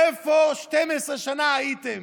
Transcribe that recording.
איפה 12 שנה הייתם?